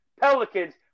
Pelicans